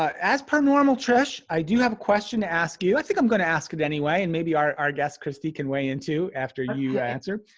as per normal trish i do have a question to ask you. i think i'm gonna ask it anyway and maybe our guest kristy can weigh in too after you answer.